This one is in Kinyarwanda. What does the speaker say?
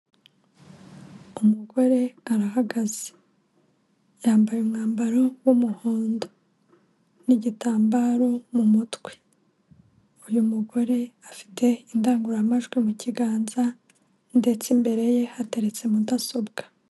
Umugore arahagaze yambaye umwambaro w'umuhondo n'igitambaro mu mutwe uyu mugore afite indangururamajwi mu kiganza ndetse imbere ye hateretse mudasobwa.